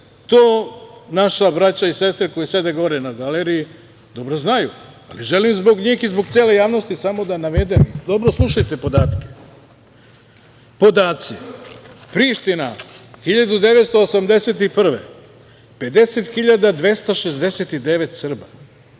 to naša braća i sestre koji sede gore na galeriji dobro znaju, ali želim zbog njih i zbog cele javnosti samo da navedem. Dobro slušajte podatke. Podaci: Priština 1981. godine 52.269 Srba,